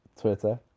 Twitter